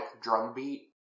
drumbeat